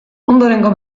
ondorengo